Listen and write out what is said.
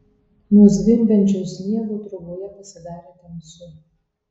nuo zvimbiančio sniego troboje pasidarė tamsu